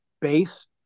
base